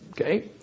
okay